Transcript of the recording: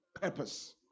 purpose